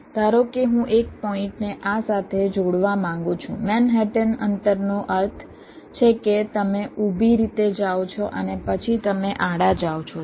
ધારો કે હું એક પોઈન્ટને આ સાથે જોડવા માંગુ છું મેનહટન અંતરનો અર્થ છે કે તમે ઊભી રીતે જાઓ છો અને પછી તમે આડા જાઓ છો